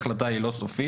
ההחלטה היא לא סופית.